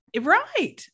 Right